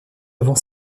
avant